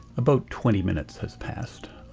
about twenty minutes has passed.